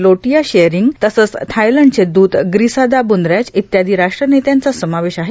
लोट्या शेअरींग तसंच थायलंडचे द्रत ग्रीसादा बूनरॅच इत्यादी राष्ट्रनेत्यांचा समावेश आहे